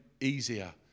easier